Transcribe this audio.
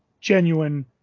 genuine